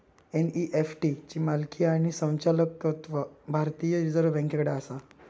NEFT ची मालकी आणि संचालकत्व भारतीय रिझर्व बँकेकडे आसा